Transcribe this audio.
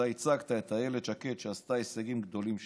ואתה הצגת את איילת שקד כמי שעשתה הישגים גדולים שם.